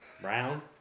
Brown